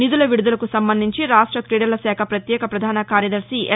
నిధుల విడుదలకు సంబంధించి రాష్ట క్రీడల శాఖ ప్రత్యేక ప్రపధాన కార్యదర్శి ఎల్